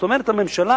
זאת אומרת, הממשלה